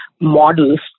models